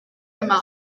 yma